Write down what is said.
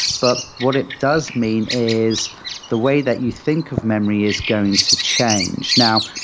but what it does mean is the way that you think of memory is going to change. now,